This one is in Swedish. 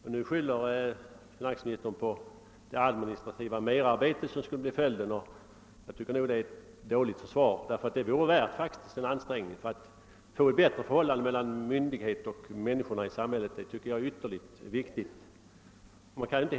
Finansministern hänvisar i sitt svar till det administrativa merarbete som skulle bli följden av en obligatorisk kontroll, men det tycker jag är ett dåligt försvar för att behålla systemet. Det vore värt en extra ansträngning att få ett bättre förhållande mellan myndigheterna och människorna i samhället. Det är ytterligt viktigt att så sker.